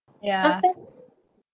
ya